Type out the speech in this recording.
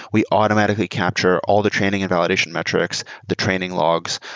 we automatically capture all the training and validation metrics, the training logs,